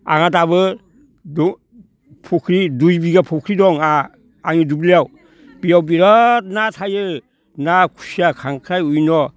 आंहा दाबो फुख्रि दुइ बिगा फुख्रि दं आंहा आंनि दुब्लियाव बेयाव बिराद ना थायो ना खुसिया खांख्राय उयन'